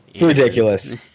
Ridiculous